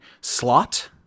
slot